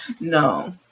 No